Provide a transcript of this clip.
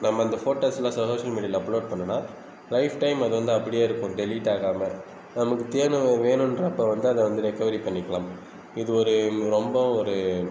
நம்ம அந்த ஃபோட்டோஸ்லாம் சோஷியல் மீடியாவில் அப்லோட் பண்ணோனால் லைஃப் டைம் அது வந்து அப்படியே இருக்கும் டெலிட்டாகாமல் நமக்கு தேனு வேணுன்றப்ப வந்து அதை வந்து ரெக்கவரி பண்ணிக்கலாம் இது ஒரு ரொம்பவும் ஒரு